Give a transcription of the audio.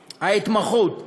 ההתמחות,